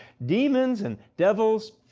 demons and devils,